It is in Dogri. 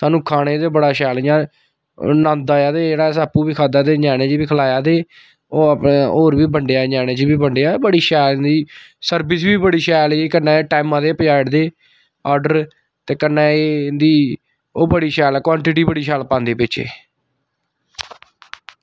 सानूं खाने च बड़ा शैल इ'यां नंद आया ते जेह्ड़ा असें आपूं बी खाद्धा ते ञ्यानें गी बी खलाया ते होर बी बंडेआ ञ्यानें च बी बंडेआ ते बड़ी शैल इं'दी सर्विस बी बड़ी शैल ही कन्नै टैमें दे पुज्जाई ओड़दे ऑर्डर ते कन्नै एह् इं'दी ओह् बड़ी शैल ऐ क्वंटिटी बड़ी शैल पांदे बिच्च ऐ